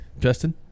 Justin